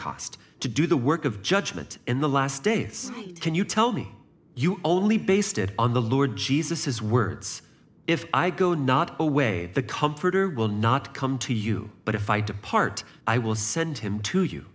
pentecost to do the work of judgment in the last days can you tell me you only based it on the lord jesus his words if i go not away the comforter will not come to you but if i depart i will send him to you